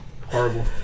horrible